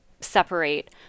separate